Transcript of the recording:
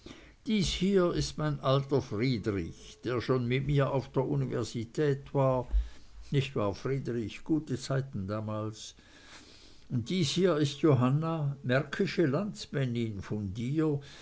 dies hier ist mein alter friedrich der schon mit mir auf der universität war nicht wahr friedrich gute zeiten damals und dies hier ist johanna märkische landsmännin von dir